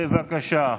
בבקשה.